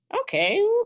okay